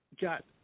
got